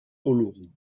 oloron